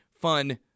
fun